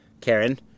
Karen